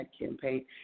campaign